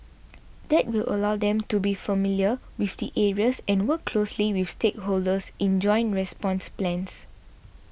that will allow them to be familiar with the areas and work closely with stakeholders in joint response plans